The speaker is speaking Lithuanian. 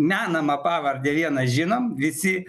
menamą pavardę vieną žinom visi